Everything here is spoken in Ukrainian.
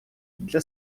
для